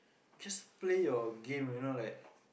just play your game you know like